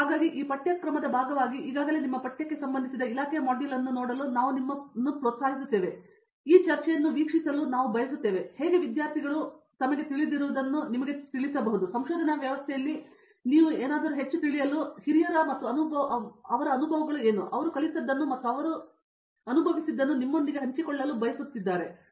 ಹಾಗಾಗಿ ಈ ಪಠ್ಯಕ್ರಮದ ಭಾಗವಾಗಿ ಈಗಾಗಲೇ ನಿಮ್ಮ ಪಠ್ಯಕ್ಕೆ ಸಂಬಂಧಿಸಿದ ಇಲಾಖೆಯ ಮಾಡ್ಯೂಲ್ ಅನ್ನು ನೋಡಲು ನಾವು ನಿಮ್ಮನ್ನು ಪ್ರೋತ್ಸಾಹಿಸುತ್ತೇವೆ ಆದರೆ ಈ ಚರ್ಚೆಯನ್ನು ವೀಕ್ಷಿಸಲು ನಾವು ಬಯಸುತ್ತೇವೆ ಹೇಗೆ ವಿದ್ಯಾರ್ಥಿಗಳು ನಿಮಗೆ ಸ್ವಲ್ಪ ತಿಳಿದಿರುವಿರಿ ಈ ಸಂಶೋಧನಾ ವ್ಯವಸ್ಥೆಯಲ್ಲಿ ನೀವು ಹೆಚ್ಚು ಬಿಟ್ ಹೆಚ್ಚು ಹಿರಿಯ ಮತ್ತು ಅವರ ಅನುಭವಗಳು ಏನು ಅವರು ಕಲಿತದ್ದನ್ನು ಮತ್ತು ಅವರು ನಿಮ್ಮೊಂದಿಗೆ ಹಂಚಿಕೊಳ್ಳಲು ಬಯಸುತ್ತೀರಿ ಏನು